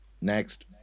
Next